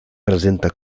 presenta